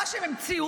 מה שהם המציאו,